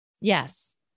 Yes